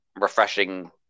refreshing